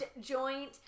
joint